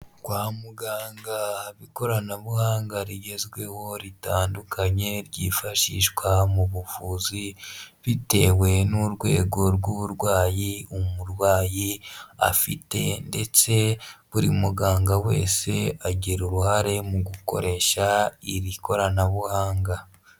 Kwa muganga haba ikoranabuhanga rigezweho ritandukanye ryifashishwa mu buvuzi bitewe n'urwego rw'uburwayi umurwayi afite ndetse buri muganga wese agira uruhare mu gukoresha iri koranabuhanga.